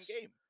game